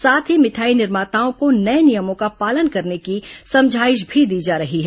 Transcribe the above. साथ ही मिठाई निर्माताओं को नये नियमों का पालन करने की समझाइश भी दी जा रही है